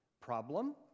Problem